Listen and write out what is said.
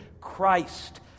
Christ